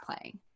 playing